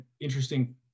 interesting